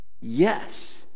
Yes